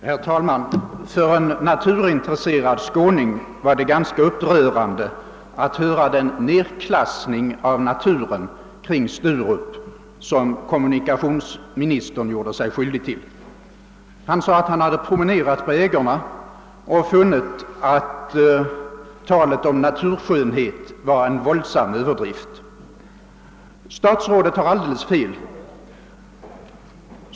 Herr talman! För en naturintresserad skåning var det ganska upprörande att höra den nedklassning av naturen kring Sturup som kommunikationsministern gjorde sig skyldig till. Han sade att han hade promenerat på ägorna och hade tydligen funnit att talet om naturskönhet var en våldsam Ööverdrift. Statsrådet tar alldeles fel.